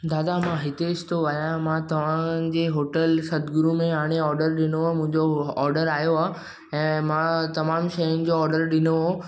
दादा मां हितेष थो ॻाल्हायां मां तव्हांजे होटल सदगुरू में हाणे ऑडर ॾिनो हुओ मुंहिंजो ऑडर आयो आहे ऐं मां तमामु शयुनि जो ऑडर ॾिनो हुओ